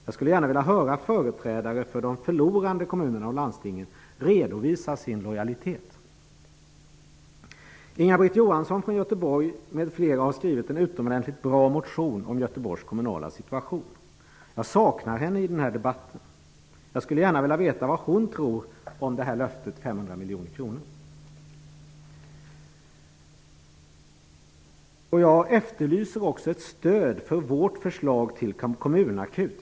Jag skulle gärna vilja höra företrädare för de förlorande kommunerna och landstingen redovisa sin lojalitet. Inga-Britt Johansson från Göteborg m.fl. har skrivit en utomordentligt bra motion om Göteborgs kommunala situation. Jag saknar henne i den här debatten. Jag skulle gärna vilja veta vad hon tror om löftet om 500 miljoner kronor. Jag efterlyser också ett stöd för vårt förslag till kommunakut.